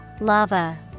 Lava